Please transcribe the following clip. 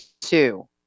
two